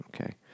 okay